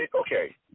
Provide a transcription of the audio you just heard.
Okay